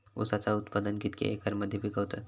ऊसाचा उत्पादन कितक्या एकर मध्ये पिकवतत?